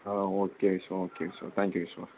ah okay sir okay sir thank you sir